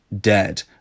dead